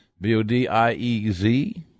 B-O-D-I-E-Z